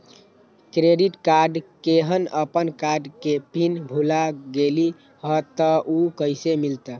Credit card केहन अपन card के पिन भुला गेलि ह त उ कईसे मिलत?